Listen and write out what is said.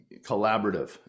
collaborative